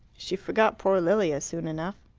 she forgot poor lilia soon enough.